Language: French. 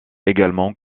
également